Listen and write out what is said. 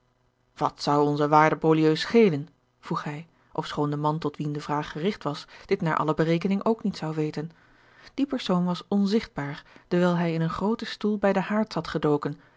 wat zou onzen waarden beaulieu schelen vroeg hij ofschoon de man tot wien de vraag gerigt was dit naar alle berekening ook niet zou weten die persoon was onzigtbaar dewijl hij in een grooten stoel bij den haard zat gedoken